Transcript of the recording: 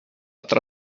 tra